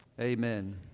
Amen